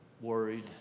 worried